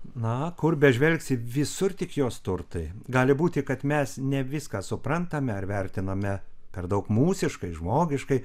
na kur bepažvelgsi visur tik jos turtai gali būti kad mes ne viską suprantame ar vertiname per daug mūsiškai žmogiškai